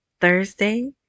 thursday